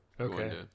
Okay